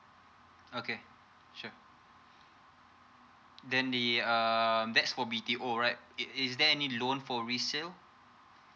okay sure then the uh that's will be the all right is is there any loan for resale